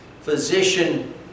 physician